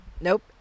Nope